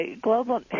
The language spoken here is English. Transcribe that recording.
global